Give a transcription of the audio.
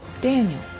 Daniel